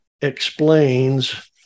explains